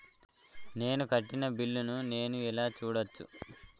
నేను కట్టిన బిల్లు ను నేను ఎలా చూడచ్చు?